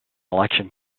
election